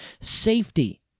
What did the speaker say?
safety